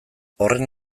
horren